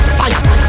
fire